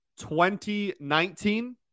2019